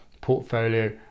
portfolio